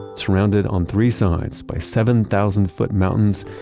surrounded on three sides by seven thousand foot mountains,